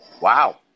Wow